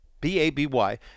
B-A-B-Y